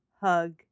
Hug